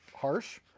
harsh